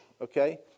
okay